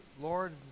Lord